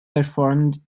performed